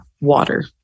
water